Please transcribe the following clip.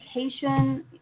education